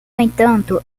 entanto